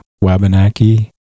wabanaki